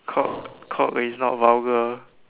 cock cock is not vulgar